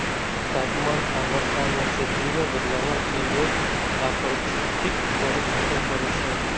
तापमान आ वर्षा मे क्षेत्रीय बदलाव सं लोक आ पारिस्थितिकी पर असर पड़ै छै